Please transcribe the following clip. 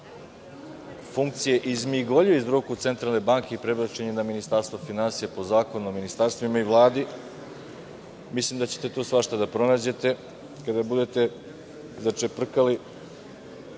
funkcije izmigoljio iz ruku Centralne banke i prebačen je na Ministarstvo finansija, po Zakonu o ministarstvima i Vladi. Mislim da ćete tu svašta da pronađete kada budete začeprkali. Kada